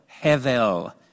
hevel